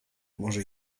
może